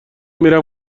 میرم